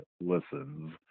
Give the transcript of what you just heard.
listens